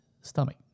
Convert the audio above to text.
stomach